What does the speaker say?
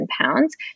pounds